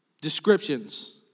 descriptions